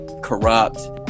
corrupt